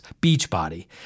Beachbody